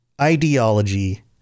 ideology